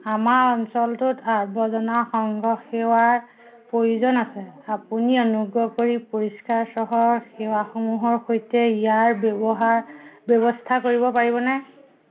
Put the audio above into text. আমাৰ অঞ্চলটোত আৱৰ্জনা সংগ্ৰহ সেৱাৰ প্ৰয়োজন আছে আপুনি অনুগ্ৰহ কৰি পৰিষ্কাৰ চহৰ সেৱাসমূহৰ সৈতে ইয়াৰ ব্যৱহাৰ ব্যৱস্থা কৰিব পাৰিবনে